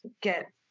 get